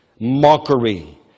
mockery